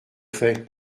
fait